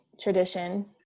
tradition